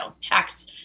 tax